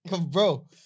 Bro